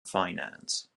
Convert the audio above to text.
finance